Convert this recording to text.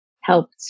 helped